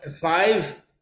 five